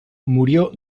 murió